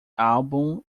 álbum